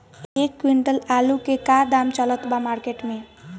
एक क्विंटल आलू के का दाम चलत बा मार्केट मे?